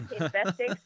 investing